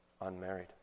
unmarried